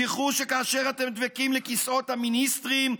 זכרו שכאשר אתם דבקים לכיסאות המיניסטרים,